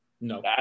No